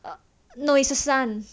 no it's a 山